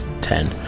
Ten